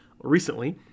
recently